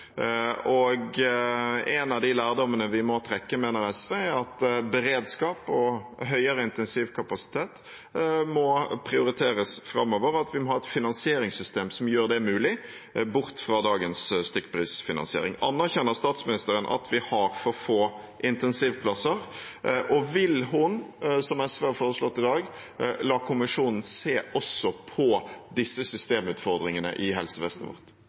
En av de lærdommene vi må trekke, mener SV er at beredskap og høyere intensivkapasitet må prioriteres framover, og at vi må ha et finansieringssystem som gjør det mulig, bort fra dagens stykkprisfinansiering. Anerkjenner statsministeren at vi har for få intensivplasser, og vil hun, som SV har foreslått i dag, la kommisjonen se på også disse systemutfordringene i helsevesenet?